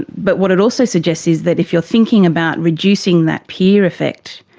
but what it also suggests is that if you are thinking about reducing that peer effect,